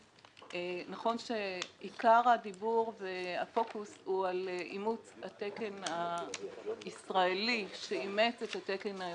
נכון שעיקר הפוקוס הוא על אימוץ התקן הישראלי שאימץ את התקן האירופי,